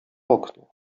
okno